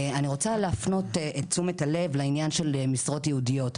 אני רוצה להפנות את תשומת הלב לעניין של משרות ייעודיות.